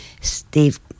Steve